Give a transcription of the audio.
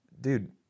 Dude